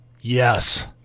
yes